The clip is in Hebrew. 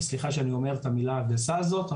סליחה שאני אומר את המילה הגסה הזאת,